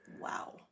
Wow